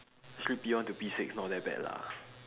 actually P one to P six not that bad lah